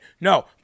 No